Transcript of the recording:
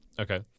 okay